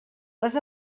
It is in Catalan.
les